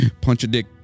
Punch-a-dick